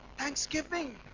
thanksgiving